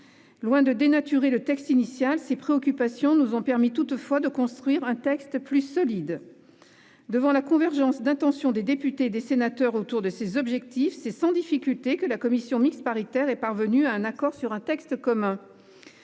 Loin de dénaturer le texte initial, ces préoccupations nous ont permis de construire un texte plus solide. Face à la convergence d'intentions des députés et des sénateurs autour de ces objectifs, la commission mixte paritaire est parvenue sans difficulté à un accord sur un texte commun.